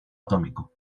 atómico